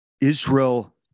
Israel